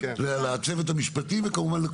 לצוות המשפטי וכמובן,